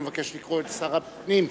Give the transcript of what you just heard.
אני מבקש לקרוא לשר הפנים,